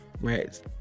right